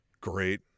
great